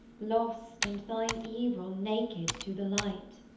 lost, and thine evil naked to the light?